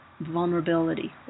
vulnerability